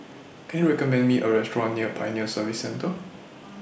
Can YOU recommend Me A Restaurant near Pioneer Service Centre